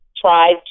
try